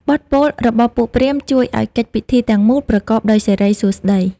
បទពោលរបស់ពួកព្រាហ្មណ៍ ជួយឱ្យកិច្ចពិធីទាំងមូលប្រកបដោយសិរីសួស្ដី។